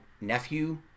nephew